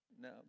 no